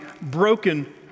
broken